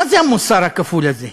מה זה המוסר הכפול הזה?